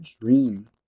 dream